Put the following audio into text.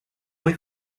muy